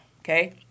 Okay